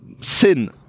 sin